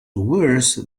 worse